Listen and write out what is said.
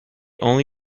only